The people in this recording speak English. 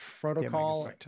protocol